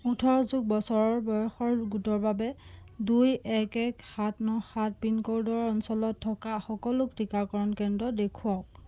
ওঠৰ যোগ বছৰ বয়সৰ গোটৰ বাবে দুই এক এক সাত ন সাত পিনক'ডৰ অঞ্চলত থকা সকলো টীকাকৰণ কেন্দ্ৰ দেখুৱাওক